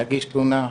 להגיש תלונה,